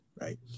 right